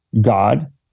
God